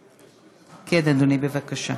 כן, אדוני, בבקשה.